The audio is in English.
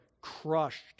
crushed